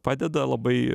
padeda labai